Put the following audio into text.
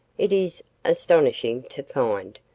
it is astonishing to find,